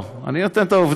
לא, אני נותן את העובדות.